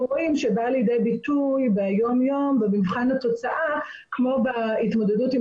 רואים שבאה לידי ביטוי ביום-יום במבחן התוצאה כמו בהתמודדות עם